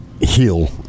heal